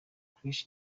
krish